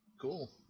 Cool